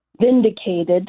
vindicated